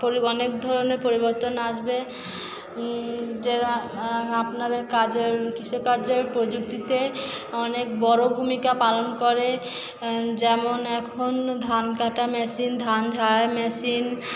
অনেক ধরণের পরিবর্তন আসবে যেমন আপনাদের কৃষিকাজের প্রযুক্তিতে অনেক বড় ভূমিকা পালন করে যেমন এখন ধান কাটার মেশিন ধান ঝাড়ার মেশিন